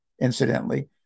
incidentally